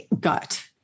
gut